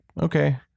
okay